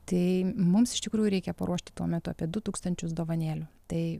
tai mums iš tikrųjų reikia paruošti tuo metu apie du tūkstančius dovanėlių tai